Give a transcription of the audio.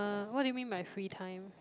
what do you mean by free time